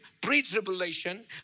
pre-tribulation